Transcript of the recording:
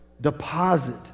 deposit